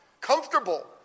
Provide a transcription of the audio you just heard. Comfortable